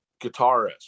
guitarist